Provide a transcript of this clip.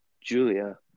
Julia